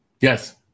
Yes